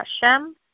Hashem